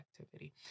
activity